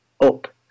up